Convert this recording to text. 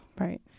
Right